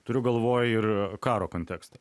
turiu galvoj ir karo kontekstą